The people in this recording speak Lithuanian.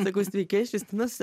sakau sveiki aš justinas